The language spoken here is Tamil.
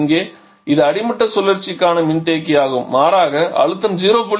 இங்கே இது அடிமட்ட சுழற்சிக்கான மின்தேக்கி ஆகும் மாறாக அழுத்தம் 0